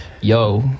yo